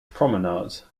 promenade